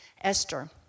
Esther